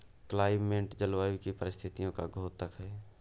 climate जलवायु की परिस्थितियों का द्योतक है